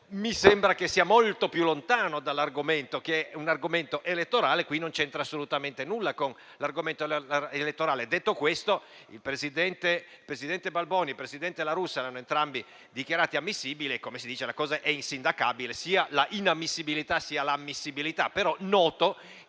mi sembra molto più lontano dall'argomento elettorale. Questa misura non c'entra assolutamente nulla con l'argomento elettorale. Detto questo, il presidente Balboni e il presidente La Russa lo hanno entrambi dichiarato ammissibile e, come si dice, sono insindacabili sia l'inammissibilità sia l'ammissibilità. Noto